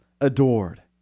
adored